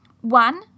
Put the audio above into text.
One